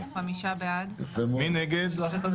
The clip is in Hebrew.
חמישה מכל ועדה,